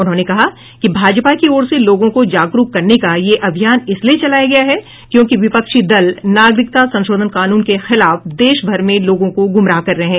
उन्होंने कहा कि भाजपा की ओर से लोगों को जागरूक करने का यह अभियान इसलिए चलाया गया है क्योंकि विपक्षी दल नागरिकता संशोधन कानून के खिलाफ देशभर में लोगों को गुमराह कर रहे हैं